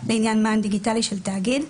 לעניין מען דיגיטלי של תאגיד,